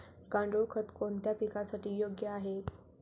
गांडूळ खत कोणत्या पिकासाठी योग्य आहे?